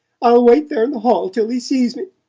i'll wait there in the hall till he sees me!